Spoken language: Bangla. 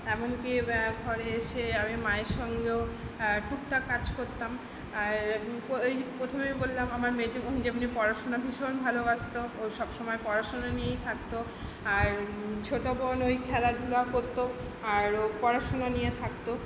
এমনকি ঘরে এসে আমি মায়ের সঙ্গেও টুকটাক কাজ করতাম আর ওই প্রথমেই বললাম আমার মেজো বোন যেমনি পড়াশুনা ভীষণ ভালোবাসতো ও সব সময় পড়াশুনো নিয়েই থাকতো আর ছোটো বোন ওই খেলাধুলা করতো আর ও পড়াশুনো নিয়ে থাকতো